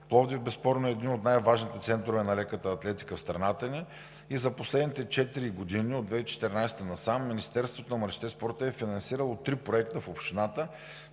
Пловдив безспорно е един от най-важните центрове на леката атлетика в страната ни и за последните четири години – от 2014 насам, Министерството на младежта и спорта е финансирало три проекта в общината,